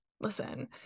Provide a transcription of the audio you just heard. Listen